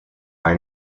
are